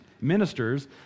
ministers